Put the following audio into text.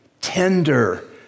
tender